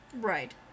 Right